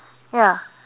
ya